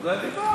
תודה.